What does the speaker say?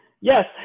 Yes